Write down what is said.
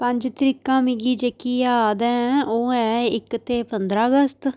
पंज तरीकां मिगी जेह्की जाद ऐ ओह् ऐ इक ते पंदरां अगस्त